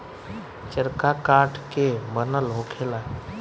चरखा काठ के बनल होखेला